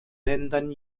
ländern